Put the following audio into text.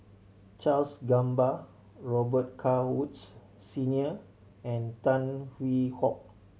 Charles Gamba Robet Carr Woods Senior and Tan Hwee Hock